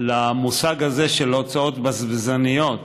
המושג הזה של הוצאות בזבזניות,